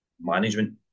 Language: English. management